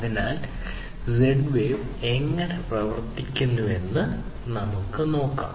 അതിനാൽ Z wave എങ്ങനെ പ്രവർത്തിക്കുന്നുവെന്ന് നമുക്ക് നോക്കാം